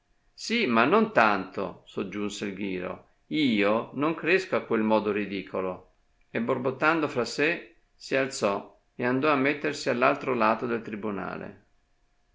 sì ma non tanto soggiunse il ghiro io non cresco a quel modo ridicolo e borbottando fra sè si alzò e andò a mettersi all'altro lato del tribunale